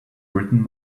written